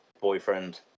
boyfriend